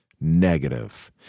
negative